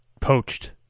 poached